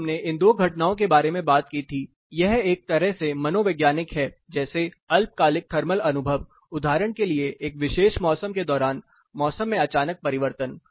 फिर हमने इन दो घटनाओं के बारे में बात की थी यह एक तरह से मनोवैज्ञानिक है जैसे अल्पकालिक थर्मल अनुभव उदाहरण के लिएएक विशेष मौसम के दौरान मौसम के अचानक परिवर्तन